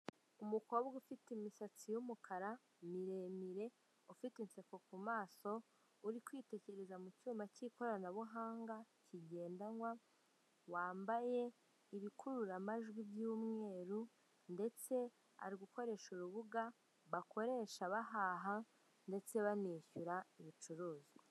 Umukobwa ufite imisatsi y'umukara miremire ufite inseko ku maso, uri kwitegereza mu cyuma cy'ikoranabuhanga kigendanwa, wambaye ibikururamajwi by'umweru ndetse ari gukoresha urubuga bakoresha bahaha ndetse banishyura ibicuruzwa.